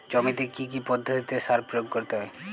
জমিতে কী কী পদ্ধতিতে সার প্রয়োগ করতে হয়?